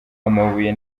amabuye